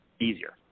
easier